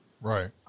Right